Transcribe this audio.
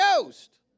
Ghost